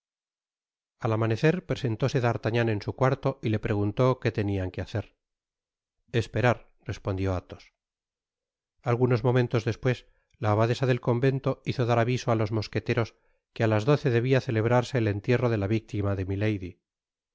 al amanecer presentóse d'artagnan en su cuarto y le preguntó que tenían que hacer esperar respondió a'hos algunos momentos despues la abadesa del convento hizo dar aviso á los mosqueteros que á las doce debia celebrarse el entierro de la víctima de milady